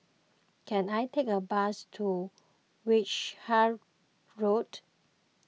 can I take a bus to Wishart Road